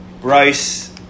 Bryce